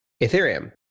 Ethereum